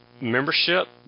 membership